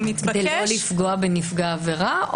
כדי לא לפגוע בנפגע העבירה?